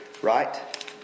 Right